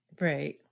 Right